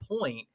point